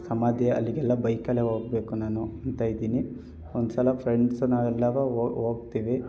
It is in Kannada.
ಸಮಾಧಿ ಅಲ್ಲಿಗೆಲ್ಲ ಬೈಕಲ್ಲೇ ಹೋಗ್ಬೇಕು ನಾನು ಅಂತ ಇದ್ದೀನಿ ಒಂದು ಸಲ ಫ್ರೆಂಡ್ಸ್ ನಾವೆಲ್ಲಾರೂ ಹೋಗ್ತಿವಿ